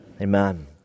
Amen